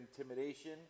intimidation